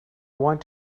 want